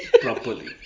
properly